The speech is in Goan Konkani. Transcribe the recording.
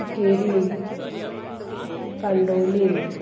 सिकेरीम कांडोलीम